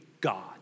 God